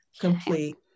complete